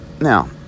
Now